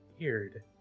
Weird